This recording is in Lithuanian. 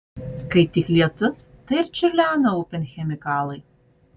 kai tik lietus tai ir čiurlena upėn chemikalai